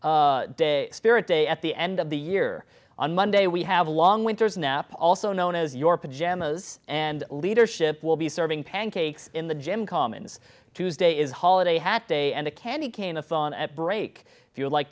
day spirit day at the end of the year on monday we have long winters also known as your pajamas and leadership will be serving pancakes in the gym commons tuesday is holiday hat day and a candy cane a phone at break if you